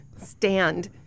stand